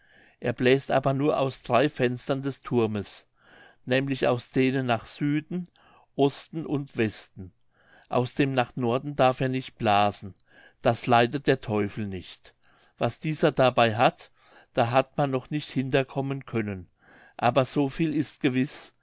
er bläst aber nur aus drei fenstern des thurmes nämlich aus denen nach süden osten und westen aus dem nach norden darf er nicht blasen das leidet der teufel nicht was dieser dabei hat da hat man noch nicht hinter kommen können aber so viel ist gewiß